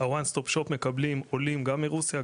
מכרזי ה-ONE STOP SHOP מקבלים גם עולים מרוסיה,